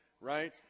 right